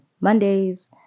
Mondays